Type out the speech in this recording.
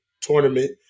tournament